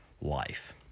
life